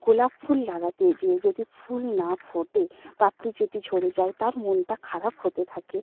গোলাপ ফুল লাগাতে যেয়ে যদি ফুল না ফোটে পাপড়ি যদি ঝরে যায় তার মনটা খারাপ হতে থাকে